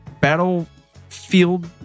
Battlefield